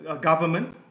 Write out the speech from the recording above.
government